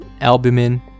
albumin